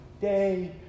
day